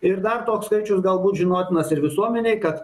ir dar toks skiačius galbūt žinotinas ir visuomenei kad